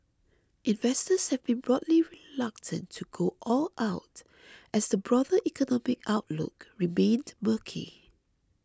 investors have been broadly reluctant to go all out as the broader economic outlook remained murky